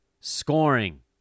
Scoring